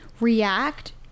react